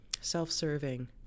self-serving